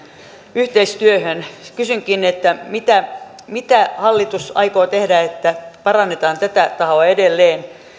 yhteistyöhön kysynkin mitä mitä hallitus aikoo tehdä että parannetaan tätä tahoa edelleen